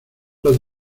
los